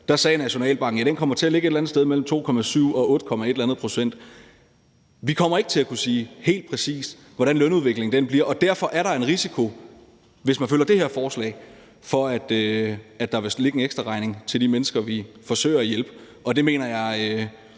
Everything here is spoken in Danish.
sagde Nationalbanken, at den kom til at ligge et eller andet sted mellem 2,7 og 8 komma et eller andet pct. Vi kommer ikke til at kunne sige helt præcist, hvordan lønudviklingen bliver, og derfor er der en risiko, hvis man følger det her forslag, for, at der vil ligge en ekstraregning til de mennesker, vi forsøger at hjælpe, og det mener jeg